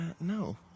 No